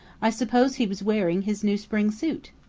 i suppose he was wearing his new spring suit.